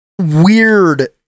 weird